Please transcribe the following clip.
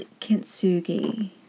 Kintsugi